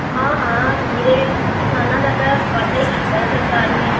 ਹਾਂ ਹਾਂ ਵੀਰੇ ਕਿਸਾਨਾਂ ਦਾ ਤਾਂ ਵਾਧਾ ਹੀ ਕੀਤਾ ਸਰਕਾਰ ਨੇ